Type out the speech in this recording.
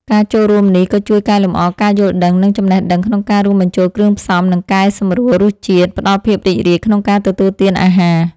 ការចូលរួមនេះក៏ជួយកែលម្អការយល់ដឹង និងចំណេះដឹងក្នុងការរួមបញ្ចូលគ្រឿងផ្សំ និងកែសម្រួលរសជាតិ ផ្ដល់ភាពរីករាយក្នុងការទទួលទានអាហារ។